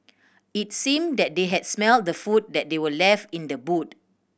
it seemed that they had smelt the food that they were left in the boot